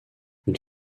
une